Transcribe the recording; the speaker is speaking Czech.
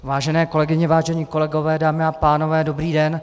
Vážené kolegyně, vážení kolegové, dámy a pánové, dobrý den.